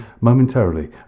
momentarily